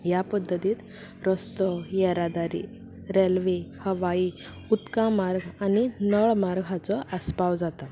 ह्या पद्दतींत रस्तो येरादारी रेल्वे हवाई उदकां मार्ग आनी नळ मार्ग हांचो आस्पाव जाता